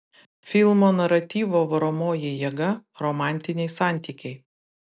filmo naratyvo varomoji jėga romantiniai santykiai